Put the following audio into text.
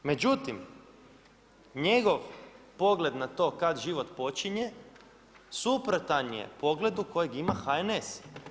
Međutim njegov pogled na to kada život počinje suprotan je pogledu kojeg ima HNS.